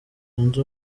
zunze